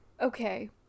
okay